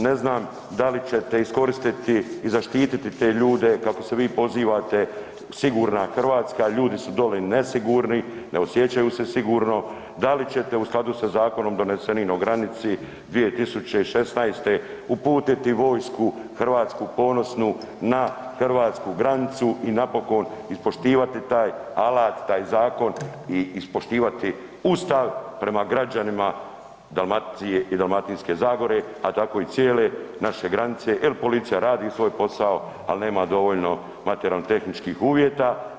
Ne znam da li ćete iskoristiti i zaštititi te ljude, kako se vi pozivate, sigurna Hrvatska, ljudi su dolje nesigurni, ne osjećaju se sigurno, da li ćete u skladu sa zakonom donesenim o granici 2016. uputiti vojsku, hrvatsku, ponosnu, na hrvatsku granicu i napokon ispoštivati taj alat, taj zakon i ispoštivati Ustav prema građanima Dalmacije i Dalmatinske zagore, a tako i cijele naše granice jer policija radi svoj posao, ali nema dovoljno materijalno-tehničkih uvjeta.